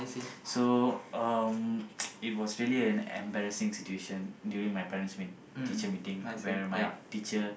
so um it was really an embarrassing situation during my parents meet teacher meeting where my teacher